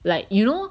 like you know